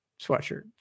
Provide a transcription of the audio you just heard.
sweatshirt